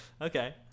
Okay